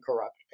corrupt